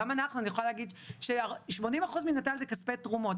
גם אנחנו אני יכולה להגיד ש-80 אחוז מנט"ל זה כספי תרומות,